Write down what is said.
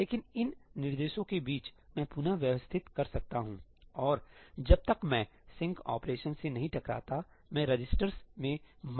लेकिन इन निर्देशों के बीच मैं पुन व्यवस्थित कर सकता हूं सही और जब तक मैं सिंक ऑपरेशन से नहीं टकरातासही मैं रजिस्टरस में मान रख सकता हूं